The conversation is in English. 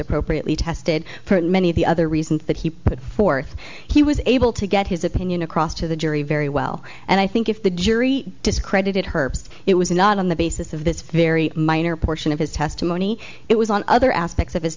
appropriately tested for many of the other reasons that he put forth he was able to get his opinion across to the jury very well and i think if the jury discredited herbst it was not on the basis of this very minor portion of his testimony it was on other aspects of his